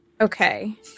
Okay